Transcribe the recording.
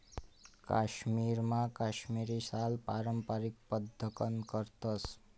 काश्मीरमा काश्मिरी शाल पारम्पारिक पद्धतकन करतस